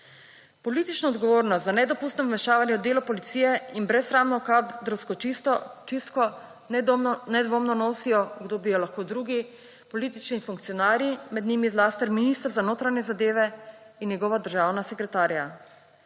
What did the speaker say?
Politično odgovornost za nedopustno vmešavanje v delo policije in brezsramno kadrovsko čistko nedvoumno nosijo – kdo bi jo lahko drug – politični funkcionarji, med njimi zlasti minister za notranje zadeve in njegova državna sekretarja.